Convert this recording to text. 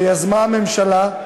שיזמה הממשלה,